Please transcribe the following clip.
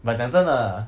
but 讲真的